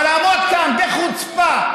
אבל לעמוד כאן בחוצפה,